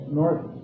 north